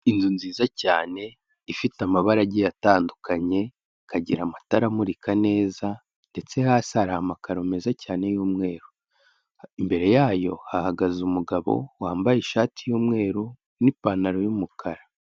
Inzu nziza cyane ifite amabarage atandukanye, ikagira amatara amurika neza ndetse hasi hari amakaro meza cyane y'umweru, imbere yayo hahagaze umugabo wambaye ishati y'umweru n'ipantaro y'umukara.